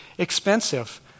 expensive